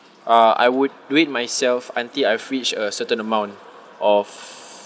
uh I would do it myself until I've reached a certain amount of